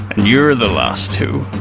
and you're the last two.